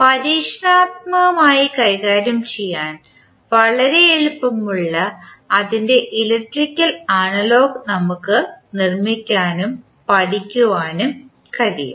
പരീക്ഷണാത്മകമായി കൈകാര്യം ചെയ്യാൻ വളരെ എളുപ്പമുള്ള അതിൻറെ ഇലക്ട്രിക്കൽ അനലോഗ് നമുക്ക് നിർമ്മിക്കാനും പഠിക്കാനും കഴിയും